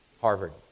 Harvard